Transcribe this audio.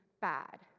bad